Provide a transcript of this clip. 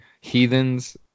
heathens